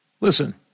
Listen